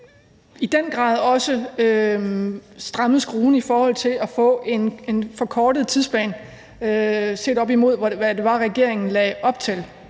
i den grad også strammet skruen i forhold til at få en forkortet tidsplan, set op imod hvad det var, regeringen lagde op